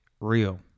real